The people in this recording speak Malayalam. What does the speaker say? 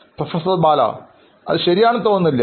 പ്രൊഫസർ ബാലഅത് ശരിയാണെന്ന് തോന്നുന്നില്ല